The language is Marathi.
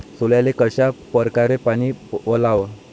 सोल्याले कशा परकारे पानी वलाव?